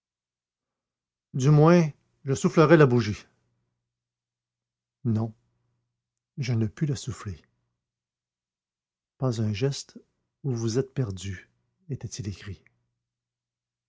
du moins je soufflerais la bougie non je ne pus la souffler pas un geste ou vous êtes perdu était-il écrit